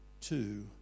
two